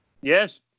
Yes